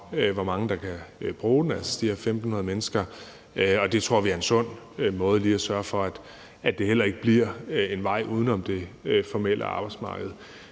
hvor mange der kan bruge den, altså de her 1.500 mennesker, og det tror vi er en sund måde lige at sørge for, at det heller ikke bliver en vej uden om det formelle arbejdsmarked.